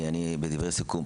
בדברי הסיכום.